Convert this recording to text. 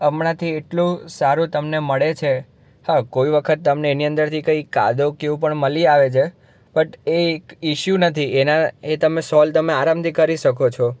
હમણાંથી એટલું સારું તમને મળે છે હા કોઈ વખત તમને એની અંદરથી કંઈક કાદવ કે એવું કઈ મળી આવે છે બટ એ એક ઇસ્યુ નથી એના એ તમે સોલ્વ તમે આરામથી કરી શકો છો